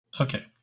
Okay